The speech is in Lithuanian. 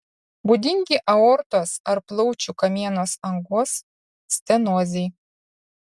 būdingi aortos ar plaučių kamieno angos stenozei